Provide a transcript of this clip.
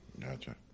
Gotcha